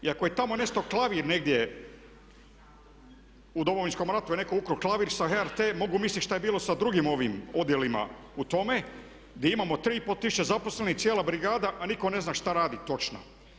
I ako je tamo nešto klavir negdje u domovinskom ratu netko je ukrao klavir sa HRT-a, mogu misliti šta je bilo sa drugim ovim odjelima u tome gdje imamo 3,5 tisuće zaposlenih, cijela brigada a nitko ne zna šta radi točno.